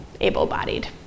able-bodied